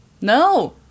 No